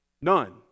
None